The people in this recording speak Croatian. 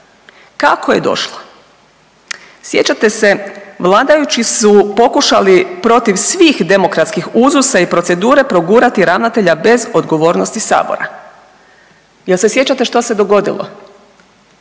Kako je došlo? Sjećate se, vladajući su pokušali protiv svih demokratskih uzusa i procedura progurati ravnatelja bez odgovornosti sabora. Jel se sjećate što se dogodilo?